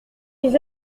ils